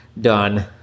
done